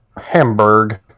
Hamburg